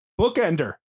bookender